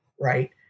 Right